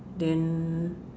then